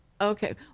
okay